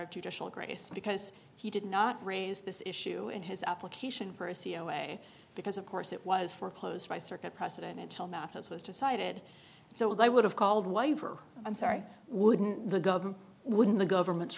of judicial grace because he did not raise this issue in his application for a c e o way because of course it was foreclosed by circuit precedent until math as was decided so they would have called wife or i'm sorry wouldn't the governor wouldn't the government's